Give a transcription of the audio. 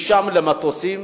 משם למטוסים,